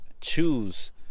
choose